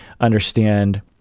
understand